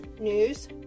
news